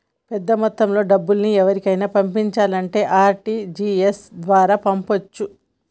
పెద్దమొత్తంలో డబ్బుల్ని ఎవరికైనా పంపించాలంటే ఆర్.టి.జి.ఎస్ ద్వారా పంపొచ్చు